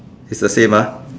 it's the same ah